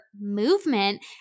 movement